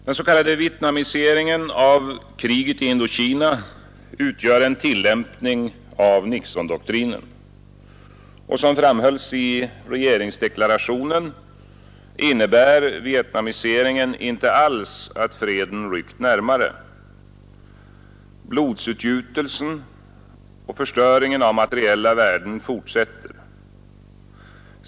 Den s.k. vietnamiseringen av kriget i Indokina utgör en tillämpning av Nixondoktrinen. Som framhölls i regeringsdeklarationen innebär vietnamiseringen inte alls att freden ryckt närmare. Blodsutgjutelsen och förstöringen av materiella värden fortsätter.